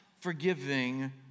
forgiving